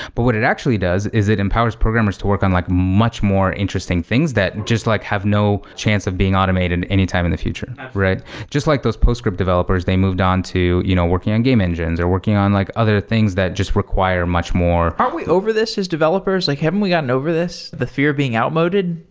but what it actually does is it empowers programmers to work on like much more interesting things that just like have no chance of being automated anytime in the future. just like those postscript developers, they moved on to you know working on game engines or working on like other things that just require much more are we over this as developers? haven't we gotten over this, the fear being outmoded?